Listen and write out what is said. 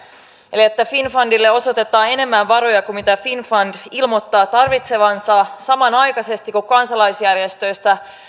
eli sitä että finnfundille osoitetaan enemmän varoja kuin mitä finnfund ilmoittaa tarvitsevansa samanaikaisesti kun kansalaisjärjestöistä